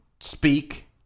speak